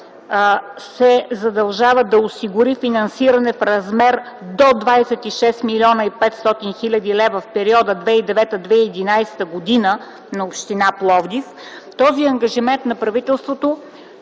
се задължава да осигури финансиране в размер до 26 млн. 500 хил. лв. в периода 2009-2011 г. на община Пловдив, този ангажимент на правителството